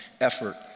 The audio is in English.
effort